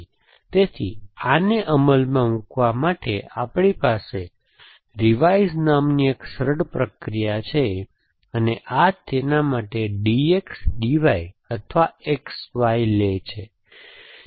તેથી આને અમલમાં મૂકવા માટે આપણી પાસે રિવાઇઝ નામની એક સરળ પ્રક્રિયા છે અને આ તેના માટે DX DY અથવા X Y લે છે